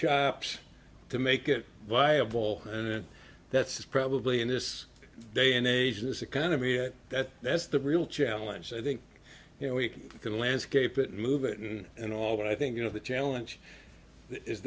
shops to make it viable and that's probably in this day and age in this economy that that's the real challenge i think you know we can landscape it move it and all but i think you know the challenge is